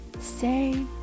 say